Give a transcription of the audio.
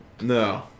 No